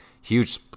Huge